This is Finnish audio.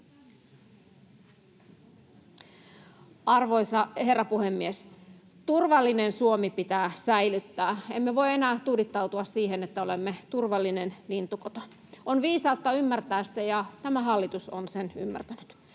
Arvoisa herra puhemies! Turvallinen Suomi pitää säilyttää. Emme voi enää tuudittautua siihen, että olemme turvallinen lintukoto. On viisautta ymmärtää se, ja tämä hallitus on sen ymmärtänyt.